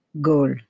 goal